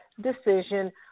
decision